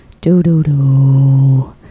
do-do-do